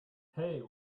hey